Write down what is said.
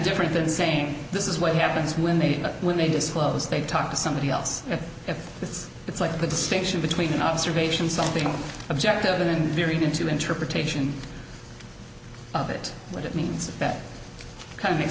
different than saying this is what happens when they when they disclose they talk to somebody else if it's it's like the distinction between an observation something objective an invariant interpretation of it what it means that kind of makes